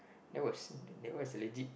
that was that was legit